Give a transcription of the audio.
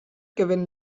gewinn